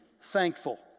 thankful